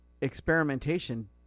experimentation